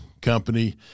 company